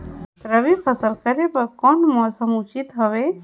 रबी फसल करे बर कोन मौसम उचित हवे?